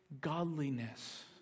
godliness